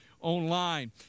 online